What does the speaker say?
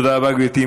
תודה רבה, גברתי.